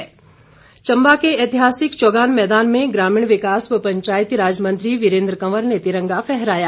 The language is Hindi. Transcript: स्वतंत्रता दिवस चंबा चंबा के ऐतिहासिक चौगान मैदान में ग्रामीण विकास व पंचायतीराज मंत्री वीरेन्द्र कंवर ने तिरंगा फहराया